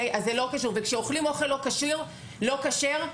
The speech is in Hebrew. כשאוכלים אוכל לא כשר,